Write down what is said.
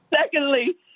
Secondly